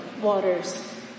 waters